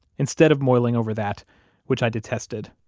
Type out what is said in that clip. instead of moiling over that which i detested.